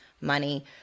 money